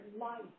life